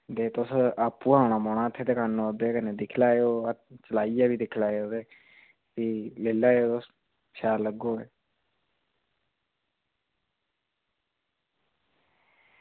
ते तुस आपूं गै औना पौना दुकानै र ते कन्नै दिक्खी लैयो ते कन्नै चलाइयै दिक्खी लैयो ते लेई लैयो शैल लग्गग